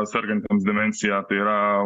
sergantiems demencija tai yra